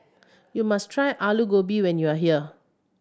you must try Aloo Gobi when you are here